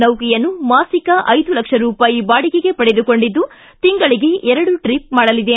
ನೌಕೆಯನ್ನು ಮಾಸಿಕ ಐದು ಲಕ್ಷ ರೂಪಾಯಿ ಬಾಡಿಗೆಗೆ ಪಡೆದುಕೊಂಡಿದ್ದು ತಿಂಗಳಗೆ ಎರಡು ಟ್ರಪ್ ಮಾಡಲಿದೆ